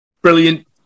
Brilliant